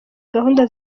gahunda